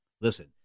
Listen